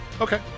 Okay